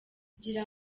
ngira